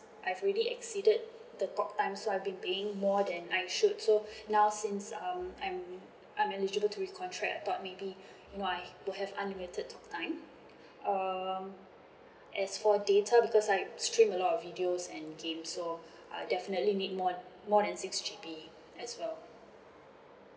I've really exceeded the talk time so I've been paying more than l should so now since um I'm I'm eligible to recontract I thought maybe you know I would have unlimited talk time um as for data because I stream a lot of videos and games so uh definitely need more more than six G_B as well